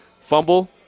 fumble